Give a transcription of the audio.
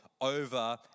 over